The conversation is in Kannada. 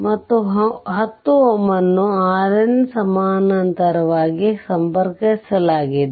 ಮತ್ತು 10 Ω ನ್ನು RN ಸಮಾನಾಂತರವಾಗಿ ಸಂಪರ್ಕಿಸಲಾಗಿದೆ